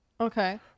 Okay